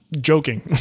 joking